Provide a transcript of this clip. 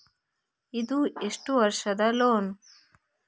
ಇದು ಎಷ್ಟು ವರ್ಷದ ಲೋನ್?